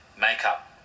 makeup